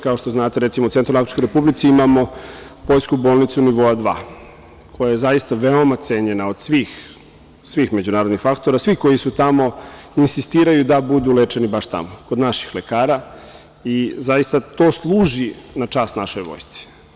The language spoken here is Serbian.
Kao što znate, recimo, u Centralnoafričkoj Republici imamo poljsku bolnicu nivoa dva, koja je zaista veoma cenjena od svih međunarodnih faktora, svih koji su tamo i insistiraju da budu lečeni baš tamo, kod naših lekara i zaista to služi na čast našoj vojsci.